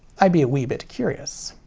i be a wee bit curious.